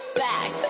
back